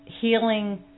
Healing